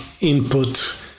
input